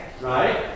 Right